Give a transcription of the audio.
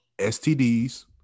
STDs